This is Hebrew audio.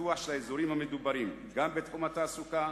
הפיתוח של האזורים המדוברים בתחום התעסוקה,